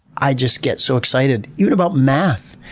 i just get so excited, even about math